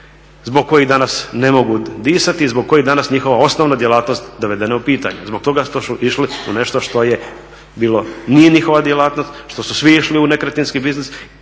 zbog kojih danas ne mogu disati i zbog kojih je danas njihova osnova djelatnost dovedena u pitanje zbog tog što su išli u nešto što nije njihova djelatnost, što su svi išli u nekretninski biznis